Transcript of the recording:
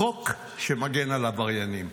חוק שמגן על עבריינים.